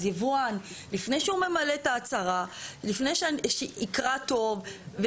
יבואן, לפני שהוא ממלא את ההצהרה, שיקרא טוב.